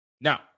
Now